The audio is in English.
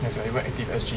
that's your eh what ActiveSG